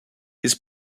his